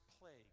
plague